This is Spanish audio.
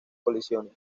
colisiones